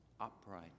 upright